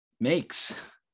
makes